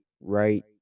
right